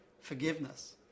forgiveness